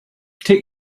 take